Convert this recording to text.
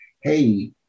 hey